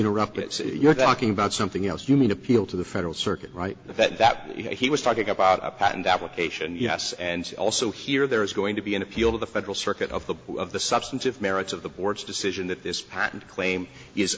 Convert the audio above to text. interrupt it so you're talking about something else you mean appeal to the federal circuit right that that you know he was talking about a patent application yes and also here there is going to be an appeal to the federal circuit of the of the substantive merits of the board's decision that this patent claim is